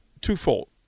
twofold